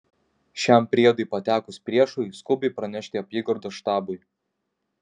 šiam priedui patekus priešui skubiai pranešti apygardos štabui